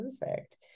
perfect